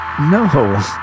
No